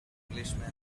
englishman